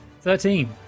Thirteen